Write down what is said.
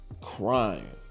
crying